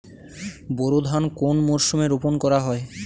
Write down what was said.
বোরো ধান কোন মরশুমে রোপণ করা হয়?